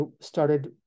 started